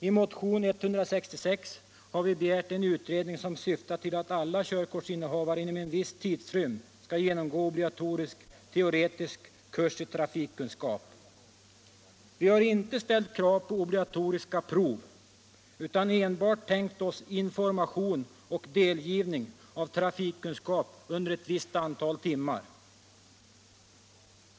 I motionen 166 har vi begärt en utredning som syftar till att alla körkortsinnehavare inom en viss tidrymd skall genomgå obligatorisk teoretisk kurs i trafikkunskap. Vi har inte ställt krav på obligatoriska prov utan enbart tänkt oss information och delgivning av trafikkunskap under ett visst antal timmar.